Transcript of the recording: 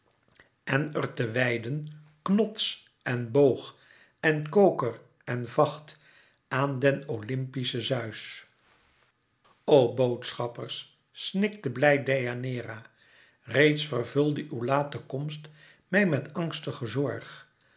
en er te wijden knots en boog en koker en vacht aan den olympischen zeus o boodschappers snikte blij deianeira reeds vervulde uw late komst mij met angstigen zorg